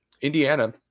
Indiana